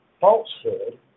falsehood